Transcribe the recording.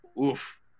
oof